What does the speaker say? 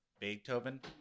Beethoven